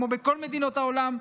כמו בכל מדינות העולם.